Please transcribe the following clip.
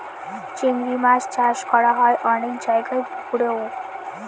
চিংড়ি মাছ চাষ করা হয় অনেক জায়গায় পুকুরেও